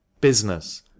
Business